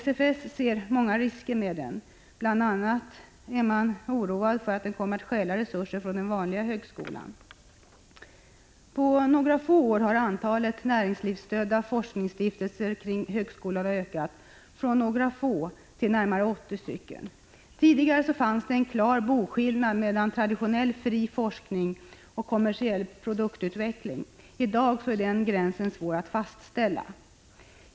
SFS ser många risker med den, och bl.a. är man oroad för att den kommer att stjäla resurser från den vanliga högskolan. På bara några år har antalet näringslivsstödda forskningsstiftelser kring högskolorna ökat från några få till närmare 80. Tidigare fanns en klar boskillnad mellan traditionell ”fri” forskning och kommersiell produktutveckling. I dag är den gränsen svår att fastställa.